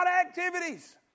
activities